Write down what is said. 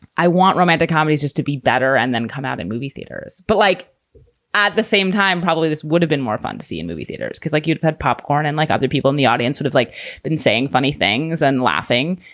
i want romantic comedies just to be better and then come out in movie theaters. but like at the same time probably this would have been more fun to see in movie theaters because like you had popcorn and like other people in the audience sort of like saying funny things and laughing,